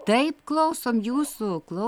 taip klausom jūsų klau